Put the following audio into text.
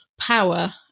power